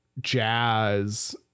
jazz